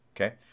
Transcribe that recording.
Okay